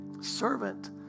Servant